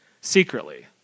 secretly